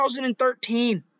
2013